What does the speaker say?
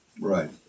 Right